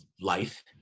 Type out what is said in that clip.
life